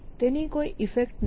તેની કોઈ ઇફેક્ટ નથી